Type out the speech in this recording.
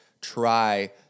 try